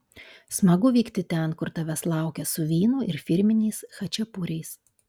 smagu vykti ten kur tavęs laukia su vynu ir firminiais chačiapuriais